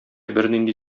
бернинди